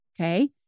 okay